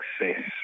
success